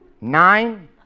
Nine